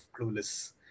clueless